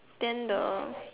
then the